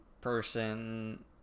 person